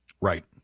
right